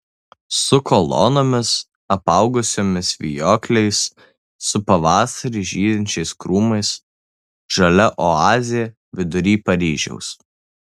su kolonomis apaugusiomis vijokliais su pavasarį žydinčiais krūmais žalia oazė vidury paryžiaus